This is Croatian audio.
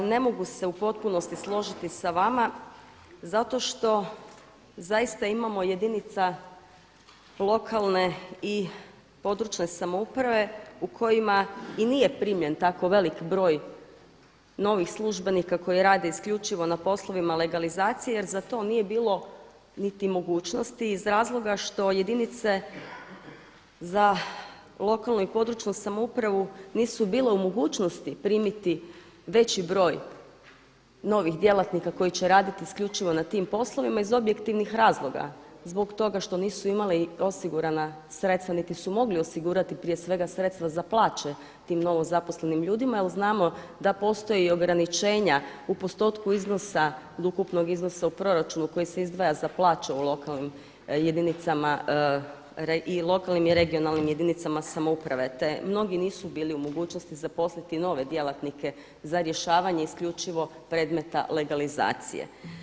Ne mogu se u potpunosti složiti sa vama zato što zaista imamo jedinica lokalne i područne samouprave u kojima i nije primljen tako velik broj novih službenika koji rade isključivo na poslovima legalizacije jer za to nije bilo niti mogućnosti iz razloga što jedinice za lokalnu i područnu samoupravu nisu bile u mogućnosti primiti veći broj novih djelatnika koji će raditi isključivo na tim poslovima iz objektivnih razloga zbog toga što nisu imala osigurana sredstva niti su mogli osigurati prije svega sredstva za plaće tim novozaposlenim ljudima jer znamo da postoje i ograničenja u postotku iznosa od ukupnog iznosa u proračunu koji se izdvaja za plaće u lokalnim jedinicama, i lokalnim i regionalnim jedinicama samouprave te mnogi nisu bili u mogućnosti zaposliti nove djelatnike za rješavanje isključivo predmeta legalizacije.